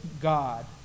God